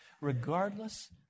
regardless